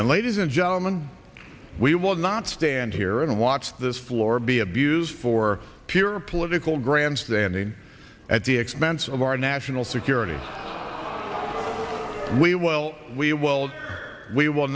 and ladies and gentlemen we will not stand here and watch this floor be abused for pure political grandstanding at the expense of our national security we well we well we will